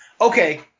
Okay